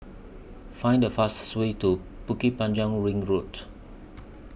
Find The fastest Way to Bukit Panjang Ring Road